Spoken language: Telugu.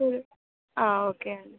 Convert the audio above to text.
ఓకే అండి